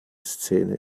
szene